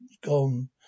gone